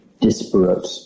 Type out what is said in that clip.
disparate